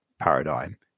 paradigm